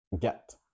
get